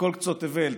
כל קצות תבל.